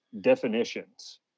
definitions